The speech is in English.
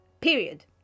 Period